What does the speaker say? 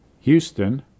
houston